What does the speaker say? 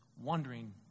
wondering